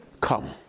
come